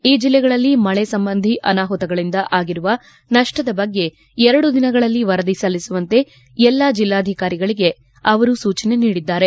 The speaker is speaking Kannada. ಈ ಜಿಲ್ಲೆಗಳಲ್ಲಿ ಮಳೆ ಸಂಬಂಧಿ ಅನಾಪುತಗಳಿಂದ ಆಗಿರುವ ನಷ್ಷದ ಬಗ್ಗೆ ಎರಡು ದಿನಗಳಲ್ಲಿ ವರದಿ ಸಲ್ಲಿಸುವಂತೆ ಎಲ್ಲ ಜೆಲ್ಲಾಧಿಕಾರಿಗಳಿಗೆ ಅವರು ಸೂಚನೆ ನೀಡಿದ್ದಾರೆ